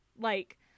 Like-